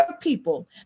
people